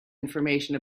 information